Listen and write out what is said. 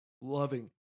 loving